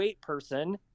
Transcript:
person